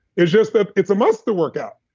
it's just that it's a must to workout,